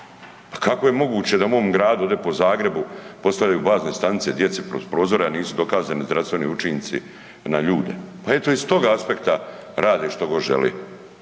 Kako je moguće da u mome gradu, ovdje po Zagrebu postavljaju bazne stanice djeci kroz prozore a nisu dokazani zdravstveni učinci na ljude? Pa eto, iz tog aspekta rade što god žele.